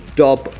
top